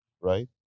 right